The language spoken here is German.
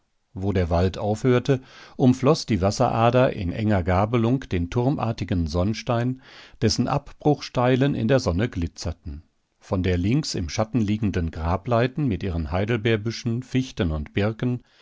wo der wald aufhörte umfloß die wasserader in enger gabelung den turmartigen sonnstein dessen abbruchstellen in der sonne glitzerten von der links im schatten liegenden grableiten mit ihren heidelbeerbüschen fichten und birken